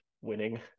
winning